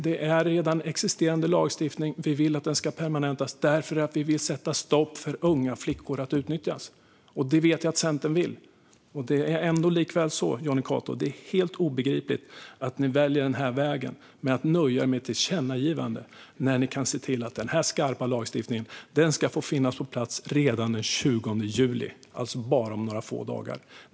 Det är redan existerande lagstiftning. Vi vill att den ska permanentas därför att vi vill sätta stopp för att unga flickor utnyttjas. Det vet jag att även Centern vill. Det är, Jonny Cato, helt obegripligt att ni väljer vägen att nöja er med ett tillkännagivande när ni kan se till att denna skarpa lagstiftning finns på plats redan den 20 juli - om bara några få dagar.